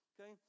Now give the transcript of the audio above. okay